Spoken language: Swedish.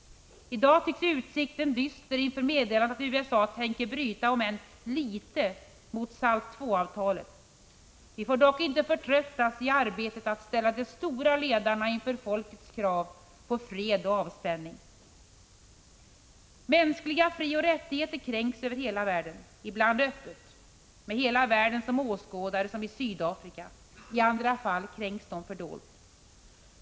I dag tycks utsikten dyster inför meddelandet att USA tänker bryta — om än bara ”litet” — mot Salt II-avtalet. Vi får dock inte förtröttas i arbetet att ställa de ”stora” ledarna inför folkens krav på fred och avspänning. Mänskliga frioch rättigheter kränks över hela världen, ibland öppet med hela världen som åskådare, som i Sydafrika, i andra fall fördolt.